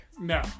No